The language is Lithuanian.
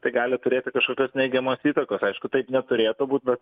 tai gali turėti kažkokios neigiamos įtakos aišku taip neturėtų būt bet